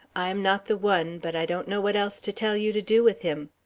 i am not the one, but i don't know what else to tell you to do with him.